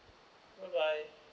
bye bye